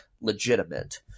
legitimate